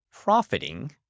profiting